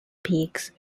peaks